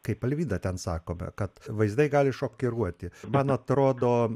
kaip alvyda ten sakoma kad vaizdai gali šokiruoti man atrodo